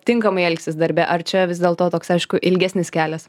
tinkamai elgsis darbe ar čia vis dėlto toks aišku ilgesnis kelias